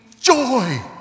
joy